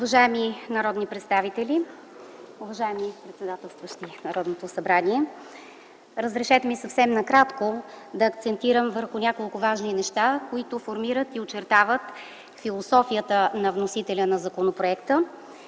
Уважаеми народни представители, уважаеми председателстващи Народното събрание! Разрешете ми съвсем накратко да акцентирам върху няколко важни неща, които формират и очертават философията на вносителя на законопроекта